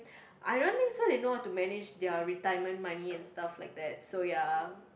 I run thing so they know how to manage their retirement money and stuff like that so ya